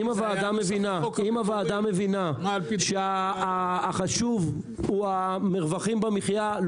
אם הוועדה מבינה שהחשוב הוא המרווחים במחיה,